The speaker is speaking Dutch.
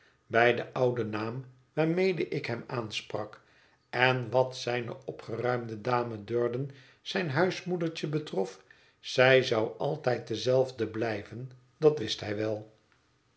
bij den ouden naam waarmede ik hem aansprak en wat zijne opgeruimde dame durden zijn huismoedertje betrof zij zou altijd dezelfde blijven dat wist hij wel